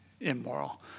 immoral